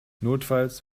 notfalls